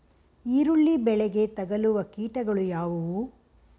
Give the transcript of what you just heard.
ಈರುಳ್ಳಿ ಬೆಳೆಗೆ ತಗಲುವ ಕೀಟಗಳು ಯಾವುವು?